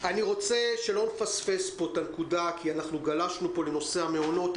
כדי שלא נפספס פה את הנקודה כי גלשנו לנושא המעונות,